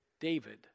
David